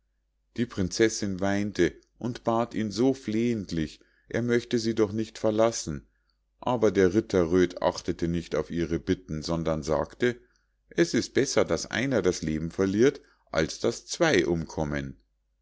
die prinzessinn weinte und bat ihn so flehentlich er möchte sie doch nicht verlassen aber der ritter röd achtete nicht auf ihr bitten sondern sagte es ist besser daß einer das leben verliert als daß zwei umkommen